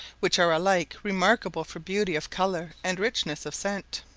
which are alike remarkable for beauty of colour and richness of scent.